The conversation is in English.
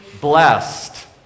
blessed